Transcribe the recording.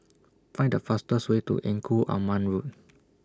Find The fastest Way to Engku Aman Road